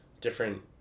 different